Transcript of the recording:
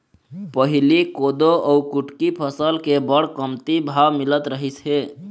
पहिली कोदो अउ कुटकी फसल के बड़ कमती भाव मिलत रहिस हे